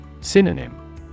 Synonym